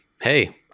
Hey